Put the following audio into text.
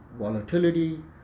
volatility